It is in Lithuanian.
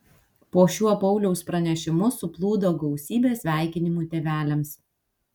po šiuo pauliaus pranešimu suplūdo gausybė sveikinimų tėveliams